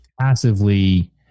passively